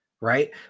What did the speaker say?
right